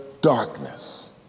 darkness